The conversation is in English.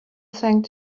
thanked